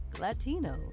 Latino